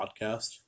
podcast